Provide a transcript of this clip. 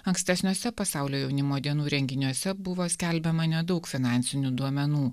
ankstesniuose pasaulio jaunimo dienų renginiuose buvo skelbiama nedaug finansinių duomenų